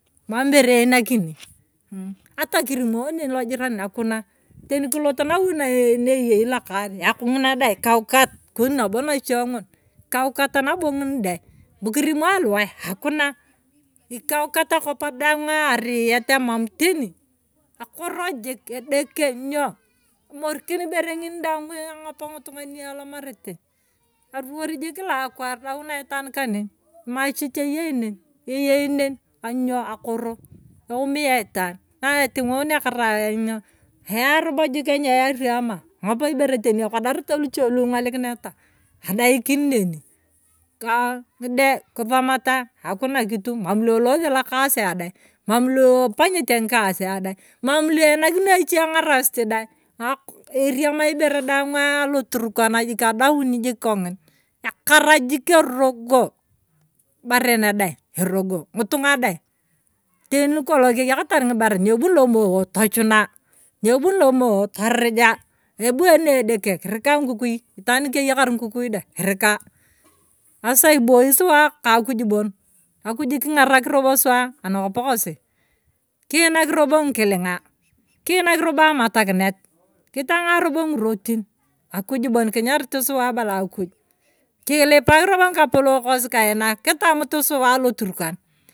Mam ibere einakini mm ata kirimoi nen lojiranin akun. teni kilot nawui nee neyei lokas akung'inaa dai ikaukat ikoni nabo nachie ng'un ikaukat nabo ng'in dai bu kirimo aluwai akuna. ikaukat akop daanga aaa ariyet emama teni akoro jik. edeke ny'o emorikin ibere ng'ine daang ang'op ng'utunga nyotomarete aruwai jik kilaakwaar edauna itwaan kanen machich eyei nen. eyei nen ainy'o akoro eumiya itaan na eting'unia karai ng'o eyarobo jik anieyario ama tong'op ibere teni ekodarete luche lu ing'olikineta ataadaikin neni ka ng'ide kisomata akuna kitu mam luelose lokasia dai mam lu ipanyete ng'ikasia dai. mam lu einakinio ache ng'arasit dai aku eriam ibere daang aloturkan jik adaan jik kongin akar jik erigoo. ngibaren dai erogo. ng'itunga dai teni lukolong keyakatar ng'ibaren aniebuni lomoo tochuna. aniebuni lomoo torija aniebuni edeke kirka naikukui itaan kijeyakar robo suwa anakop kosi. kiinak robo nyikilinga. kiinak robo amatakinet kitang'a robo ng'irotin. akuj bon kinyarit suwa abala akuj kulipak robo ng'ikapolok kosi kaina kitamot suwa aloturkan.